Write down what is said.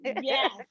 yes